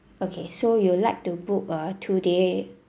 okay so you would like to book uh two day